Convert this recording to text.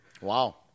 Wow